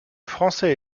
français